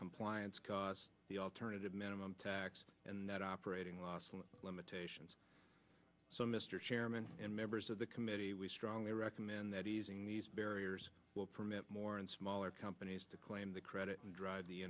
compliance costs the alternative minimum tax and that operating limitations so mr chairman and members of the committee we strongly recommend that easing these barriers will permit more and smaller companies to claim the credit and drive